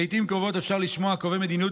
לעיתים קרובות אפשר לשמוע קובעי מדיניות